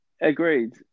Agreed